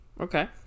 okay